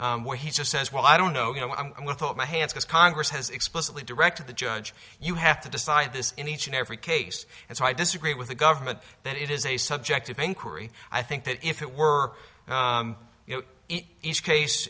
sentence where he just says well i don't know you know what i'm going to put my hands because congress has explicitly directed the judge you have to decide this in each and every case and so i disagree with the government that it is a subjective inquiry i think that if it were you know each case